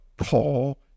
Paul